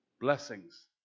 blessings